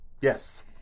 Yes